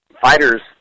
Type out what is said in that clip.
fighters